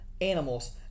animals